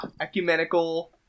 ecumenical